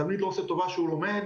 התלמיד לא עושה טובה שהוא לומד.